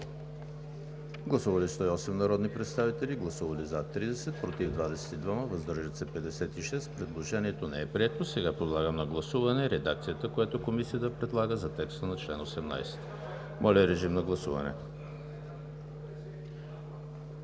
Гласували 108 народни представители: за 30, против 22, въздържали се 56. Предложението не е прието. Сега подлагам на гласуване редакцията, която Комисията предлага за текста на чл. 18. ПРЕДСЕДАТЕЛ ЦВЕТА